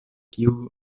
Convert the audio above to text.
kiu